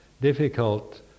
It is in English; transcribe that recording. difficult